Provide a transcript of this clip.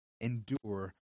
endure